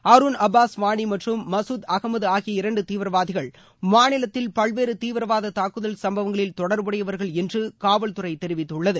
Harun Abbas Wani மற்றும் மசூத் அகமது ஆகிய இரண்டு தீவிரவாதிகள் மாநிலத்தில் பல்வேறு தீவிரவாத தாக்குதல் சம்பவங்களில் தொடர்புடையவர்கள் என்று காவல்துறை தெரிவித்துள்ளது